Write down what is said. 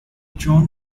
drawn